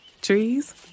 Trees